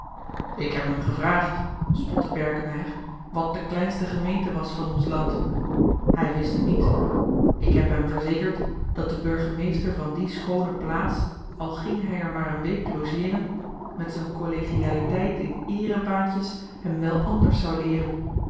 ik heb hem gevraagd spotte berkemeier wat de kleinste gemeente was van ons land hij wist het niet ik heb hem verzekerd dat de burgemeester van die schoone plaats al ging hij er maar een week logeeren hem met z'en collegialiteit in eerebaantjes wel anders zou leeren